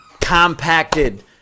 compacted